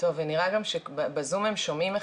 הנה, אנחנו שומעים.